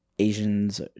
Asians